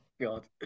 God